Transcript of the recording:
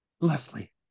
Leslie